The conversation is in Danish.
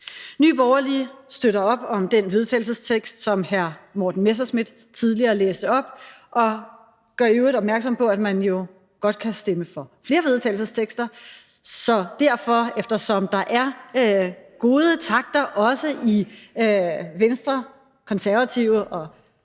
Nye Borgerlige støtter op om den vedtagelsestekst, som hr. Morten Messerschmidt tidligere læste op, og gør i øvrigt opmærksom på, at man jo godt kan stemme for flere forslag til vedtagelser. Så derfor, eftersom der er gode takter også i Venstre, Konservative og